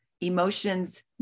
Emotions